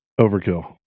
Overkill